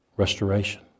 Restoration